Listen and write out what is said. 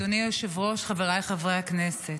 אדוני היושב-ראש, חבריי חברי הכנסת,